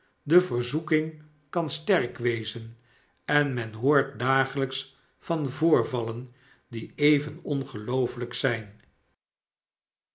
de verzoeking kan sterk wezen en men hoort dagelijks van voorvallen die even ongelooflijk zijn